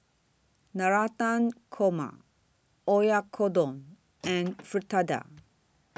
Navratan Korma Oyakodon and Fritada